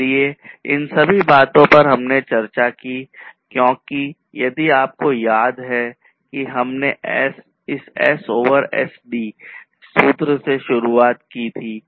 इसलिए इन सभी बातों पर हमने चर्चा की है क्योंकि यदि आपको याद है कि हमने इस S over SD सूत्र के साथ शुरुआत की थी